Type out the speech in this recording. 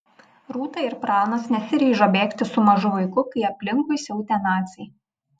rūta ir pranas nesiryžo bėgti su mažu vaiku kai aplinkui siautė naciai